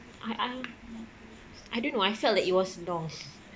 I I I don't know I felt like it was long